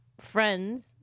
Friends